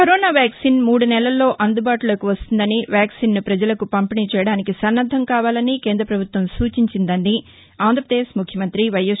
corona vaccine మూడు నెలల్లో అందుబాటులోనికి వస్తుందని వ్యాక్సిన్ ను పజలకు పంపిణీ చేయడానికి సన్నద్దం కావాలని కావాలని కేంద్ర ప్రభుత్వం సూచించిందని ఆంధ్రప్రదేశ్ ముఖ్యమంత్రి వైఎస్